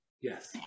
Yes